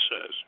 says